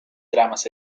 tramas